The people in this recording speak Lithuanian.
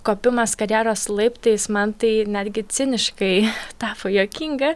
kopimas karjeros laiptais man tai netgi ciniškai tapo juokinga